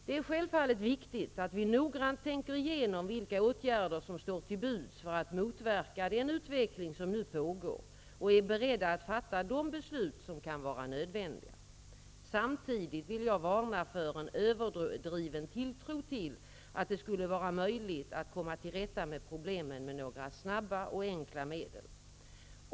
Det är självfallet viktigt att vi noggrant tänker igenom vilka åtgärder som står till buds för att motverka den utveckling som nu pågår och är beredda att fatta de beslut som kan vara nödvändiga. Samtidigt vill jag varna för en överdriven tilltro till att det skulle vara möjligt att komma till rätta med problemen med några snabba och enkla medel.